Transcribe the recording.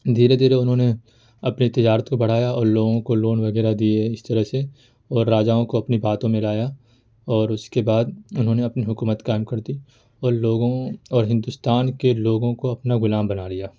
دھیرے دھیرے انہوں نے اپنی تجارت کو بڑھایا اور لوگوں کو لون وغیرہ دیے اس طرح سے اور راجاؤں کو اپنی باتوں میں لایا اور اس کے بعد انہوں نے اپنی حکومت قائم کر دی اور لوگوں اور ہندوستان کے لوگوں کو اپنا غلام بنا لیا